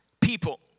people